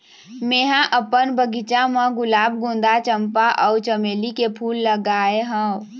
मेंहा अपन बगिचा म गुलाब, गोंदा, चंपा अउ चमेली के फूल लगाय हव